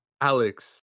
alex